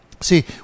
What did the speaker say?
See